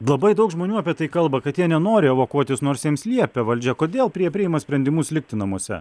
labai daug žmonių apie tai kalba kad jie nenori evakuotis nors jiems liepia valdžia kodėl prie priima sprendimus likti namuose